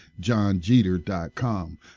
johnjeter.com